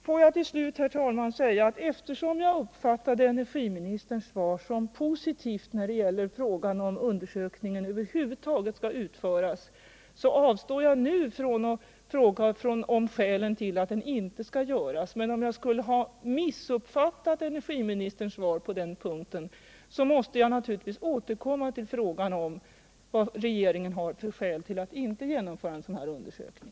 Får jag till slut, herr talman, säga att eftersom jag uppfattade energiministerns svar som positivt beträffande frågan om en undersökning över huvud taget skulle utföras, så avstår jag nu från att fråga om skälen till att den inte skall göras. Men om jag skulle ha missuppfattat energiministerns svar på den här punkten, måste jag naturligtvis återkomma till frågan om vad regeringen har för skäl för att inte genomföra en sådan här undersökning.